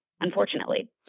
unfortunately